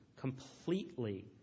completely